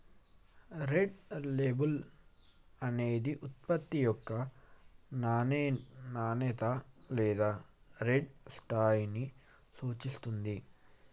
ground label అనేది ఉత్పత్తి యొక్క నాణేత లేదా గ్రౌండ్ స్థాయిని సూచిత్తుంది